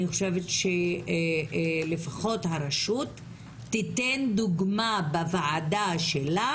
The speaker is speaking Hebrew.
אני חושבת שלפחות הרשות תיתן דוגמה בוועדה שלה